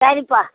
சரிப்பா